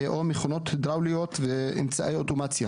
או מכונות הידראוליות ואמצעי אוטומציה